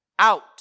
out